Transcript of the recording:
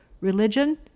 religion